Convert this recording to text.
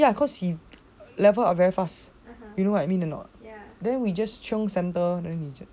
ya cause he level up very fast you know what I mean or not then we just chiong centre